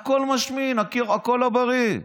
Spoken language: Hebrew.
הכול משמין, הכול לא בריא.